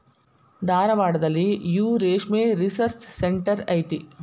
ಧಾರವಾಡದಲ್ಲಿಯೂ ರೇಶ್ಮೆ research centre ಐತಿ